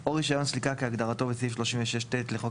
או רישיון סליקה כהגדרתו בסעיף 36ט לחוק